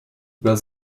über